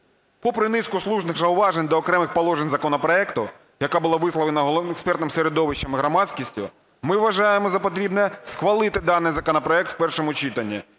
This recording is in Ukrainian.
Попри низку слушних зауважень до окремих положень законопроекту, яка була висловлена експертним середовищем і громадськістю, ми вважаємо за потрібне схвалити даний законопроект в першому читанні,